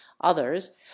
others